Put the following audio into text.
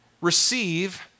receive